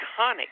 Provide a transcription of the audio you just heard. iconic